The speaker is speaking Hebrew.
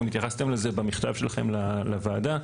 גם התייחסתם לזה במכתב שלכם לוועדה.